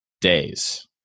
days